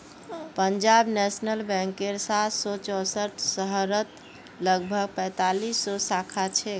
Punjab national बैंकेर सात सौ चौसठ शहरत लगभग पैंतालीस सौ शाखा छेक